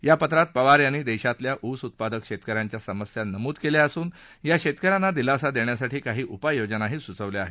या पत्रात पवार यांनी देशातल्या ऊस उत्पादक शेतक यांच्या समस्या नमूद केल्या असून या शेतक यांना दिलासा देण्यासाठी काही उपाययोजनाही सुचवल्या आहेत